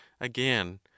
again